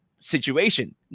situation